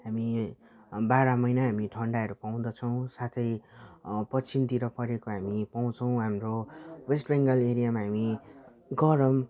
हामी बाह्र महिना हामी ठन्डाहरू पाउँदछौँ साथै पश्चिमतिर परेको हामी पाउँछौँ हाम्रो वेस्ट बङ्गाल एरियामा हामी गरम